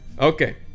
Okay